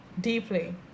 deeply